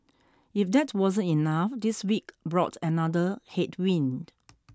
if that wasn't enough this week brought another headwind